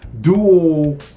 dual